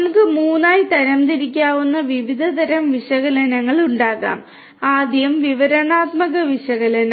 നമുക്ക് മൂന്നായി തരം തിരിക്കാവുന്ന വിവിധ തരം വിശകലനങ്ങൾ ഉണ്ടാകാം ആദ്യം വിവരണാത്മക വിശകലനം